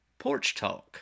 PORCHTALK